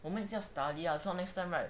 我们也是要 study lah if not next time right